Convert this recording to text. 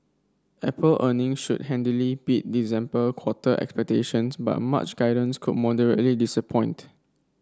apple earning should handily beat December quarter expectations but March guidance could moderately disappoint